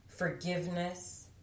Forgiveness